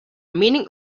meaning